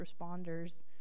responders